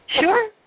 Sure